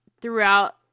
throughout